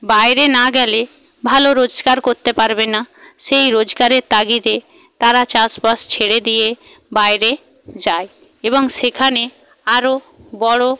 বাইরে না গেলে ভালো রোজগার করতে পারবে না সেই রোজগারের তাগিদে তারা চাষবাস ছেড়ে দিয়ে বাইরে যায় এবং সেখানে আরও বড়